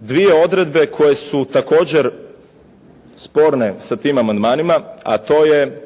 dvije odredbe koje su također sporne sa tim amandmanima, a to je